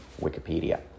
Wikipedia